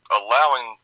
allowing